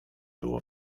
było